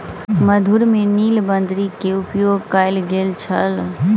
मधुर में नीलबदरी के उपयोग कयल गेल छल